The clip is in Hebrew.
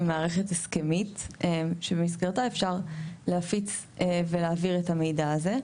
מערכת הסכמית שבמסגרתה אפשר להפיץ ולהעביר את המידע הזה.